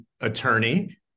attorney